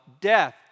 death